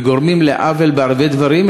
וגורמים עוול בהרבה דברים.